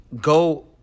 go